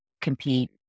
compete